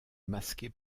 masquée